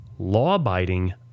law-abiding